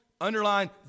Underline